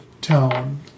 tone